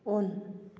on